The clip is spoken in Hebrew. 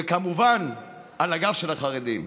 כמובן על הגב של החרדים.